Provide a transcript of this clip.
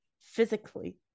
physically